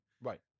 Right